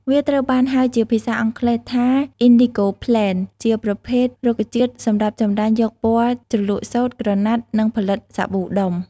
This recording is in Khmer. វាត្រូវបានហៅជាភាសាអង់គ្លេសថា indigo plant ជាប្រភេទរុក្ខជាតិសម្រាប់ចម្រាញ់យកពណ៌ជ្រលក់សូត្រ ក្រណាត់ និងផលិតសាប៊ូដុំ។